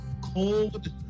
cold